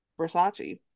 versace